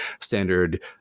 standard